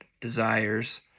desires